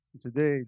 Today